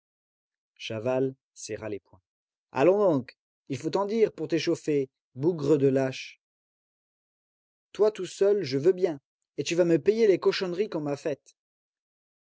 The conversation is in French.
chaval serra les poings allons donc il faut t'en dire pour t'échauffer bougre de lâche toi tout seul je veux bien et tu vas me payer les cochonneries qu'on m'a faites